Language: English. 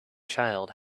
child